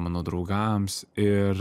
mano draugams ir